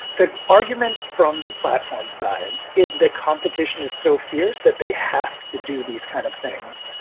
the argument from the platform side is that competition is so fierce that they have to do these kind of things.